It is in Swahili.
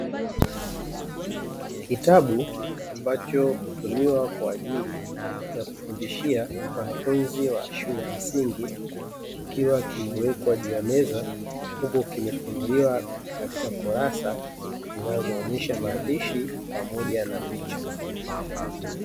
Kitabu ambacho hutumiwa kwa ajili ya kufundishia wanafunzi wa shule ya msingi kikiwa kimewekwa juu ya meza, huku kimefunuliwa katika kurasa zinazoonyesha maandishi pamoja na picha.